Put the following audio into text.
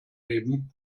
leben